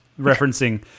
referencing